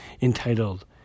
entitled